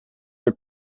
are